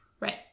Right